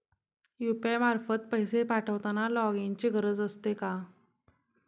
UPI मार्फत पैसे पाठवताना लॉगइनची गरज असते का?